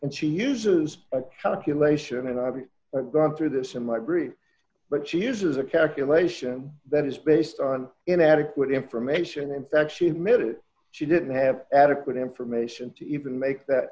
and she uses a calculation and i've gone through this in my brief but she uses a calculation that is based on inadequate information in fact she admitted she didn't have adequate information to even make that